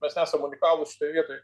mes esam unikalūs šitoj vietoj